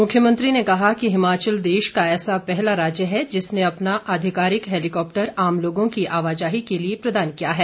मुख्यमंत्री ने कहा कि हिमाचल देश का ऐसा पहला राज्य है जिसने अपना आधिकारिक हैलीकॉप्टर आम लोगों की आवाजाही के लिए प्रदान किया है